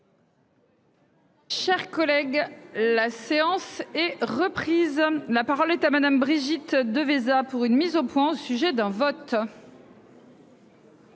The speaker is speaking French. Chers collègues, la séance est reprise. La parole est à madame Brigitte de VISA pour une mise au point, au sujet d'un vote.